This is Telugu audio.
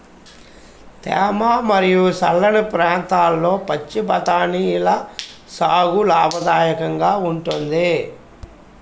తేమ మరియు చల్లని ప్రాంతాల్లో పచ్చి బఠానీల సాగు లాభదాయకంగా ఉంటుంది